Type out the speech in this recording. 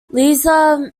liza